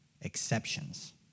Exceptions